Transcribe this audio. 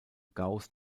gauß